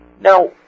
Now